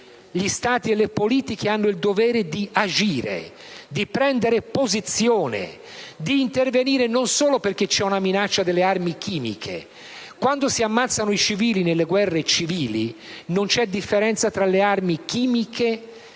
gli Stati e le politiche hanno il dovere di agire, di prendere posizione, di intervenire non solo perché c'è una minaccia delle armi chimiche. Quando si ammazzano i civili nelle guerre civili, non c'è differenza tra l'uso di armi chimiche